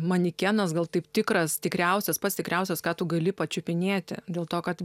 manekenas gal taip tikras tikriausias pats tikriausias ką tu gali pačiupinėti dėl to kad